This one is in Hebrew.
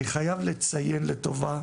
אני חייב לציין לטובה